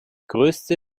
größte